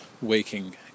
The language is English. waking